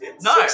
No